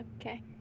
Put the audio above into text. Okay